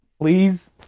please